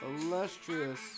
Illustrious